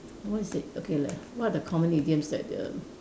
what is it okay like what are the common idioms that the